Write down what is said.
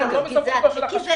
וגם לא מסמכותו של החשכ"ל.